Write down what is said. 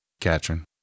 Katrin